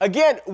Again